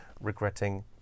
regretting